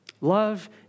Love